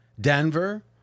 Denver